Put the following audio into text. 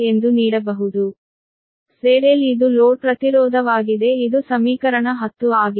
Z L ಇದು load ಪ್ರತಿರೋಧವಾಗಿದೆ ಇದು ಸಮೀಕರಣ 10 ಆಗಿದೆ